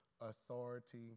authority